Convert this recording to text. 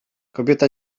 kobieta